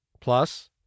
Plus